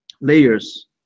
layers